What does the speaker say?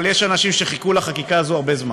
אבל יש אנשים שחיכו לחקיקה הזאת הרבה זמן.